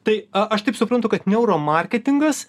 tai a aš taip suprantu kad neuromarketingas